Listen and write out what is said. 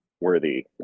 worthy